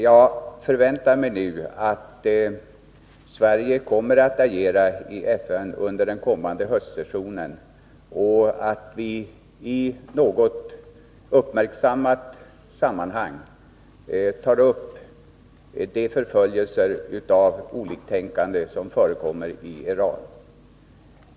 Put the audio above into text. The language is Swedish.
Jag förväntar mig nu att Sverige kommer att agera i FN under den kommande höstsessionen och att vi i något uppmärksammat sammanhang tar upp de förföljelser mot oliktänkande som förekommer i Iran.